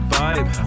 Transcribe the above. vibe